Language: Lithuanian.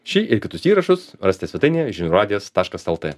šį ir kitus įrašus rasite svetainėje žinių radijas taškas lt